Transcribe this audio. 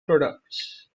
products